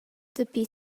dapi